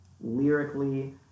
lyrically